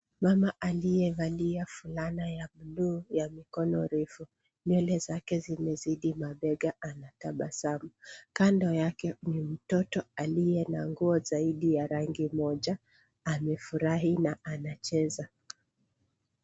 Mama aliyevalia fulana ya buluu ya mikono refu. Nywele zake zimezidi mabega. Anatabasamu. Kando yake ni mtoto aliye na nguo zaidi ya rangi moja. Amefurahi na anacheza.